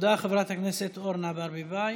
חברת הכנסת אורנה ברביבאי.